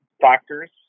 factors